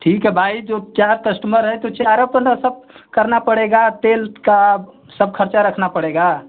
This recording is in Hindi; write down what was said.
ठीक है भाई जो चार कश्टमर है तो चारों को ना सब करना पड़ेगा तेल का सब खर्चा रखना पड़ेगा